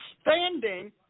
standing